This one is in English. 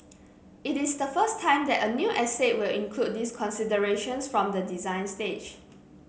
it is the first time that a new estate will include these considerations from the design stage